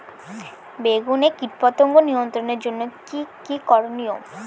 বেগুনে কীটপতঙ্গ নিয়ন্ত্রণের জন্য কি কী করনীয়?